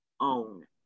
own